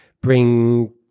bring